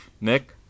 Nick